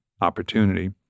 opportunity